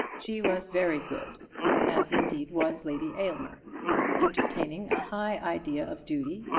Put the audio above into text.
she was very good as indeed was lady aylmer entertaining a high idea of duty,